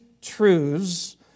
truths